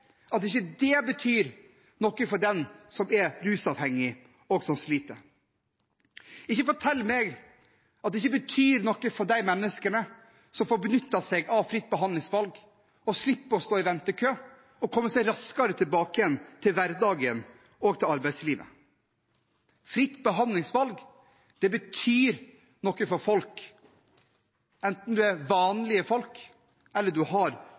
at det ikke betyr noe for den som er rusavhengig, og som sliter. Ikke fortell meg at det ikke betyr noe for de menneskene som får benyttet seg av fritt behandlingsvalg, og som slipper å stå i ventekø og kommer seg raskere tilbake til hverdagen og til arbeidslivet. Fritt behandlingsvalg betyr noe for folk, enten man er vanlige folk eller man har